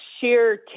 sheer